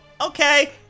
Okay